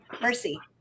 Mercy